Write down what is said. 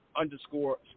underscore